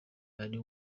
ari